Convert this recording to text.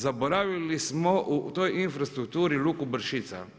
Zaboravili smo u toj infrastrukturi luku Bršica.